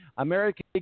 American